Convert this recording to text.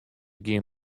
gjin